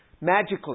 magically